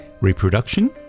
reproduction